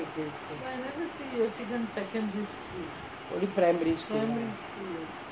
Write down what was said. only primary school lah